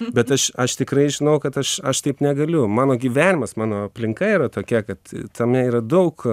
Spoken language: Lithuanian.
bet aš aš tikrai žinau kad aš aš taip negaliu mano gyvenimas mano aplinka yra tokia kad tame yra daug